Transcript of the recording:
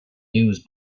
news